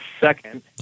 second